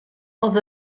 als